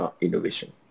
innovation